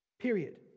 Period